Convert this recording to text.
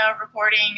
recording